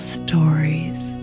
stories